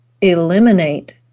eliminate